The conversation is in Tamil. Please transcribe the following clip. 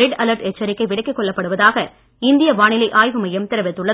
ரெட் அலார்ட் எச்சரிக்கை விலக்கிக் கொள்ளப்படுவதாக இந்திய வானிலை ஆய்வுமையம் தெரிவித்துள்ளது